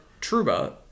Truba